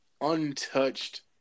untouched